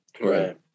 right